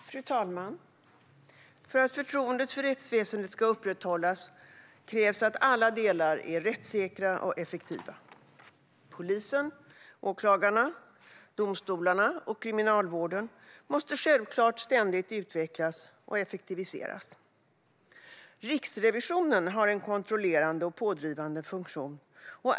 Riksrevisionens rapport om tings-rätters effektivitet och produktivitet Fru talman! För att förtroendet för rättsväsendet ska upprätthållas krävs att alla delar är rättssäkra och effektiva. Polisen, åklagarna, domstolarna och kriminalvården måste självklart ständigt utvecklas och effektiviseras. Riksrevisionen har en kontrollerande och pådrivande funktion.